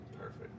Perfect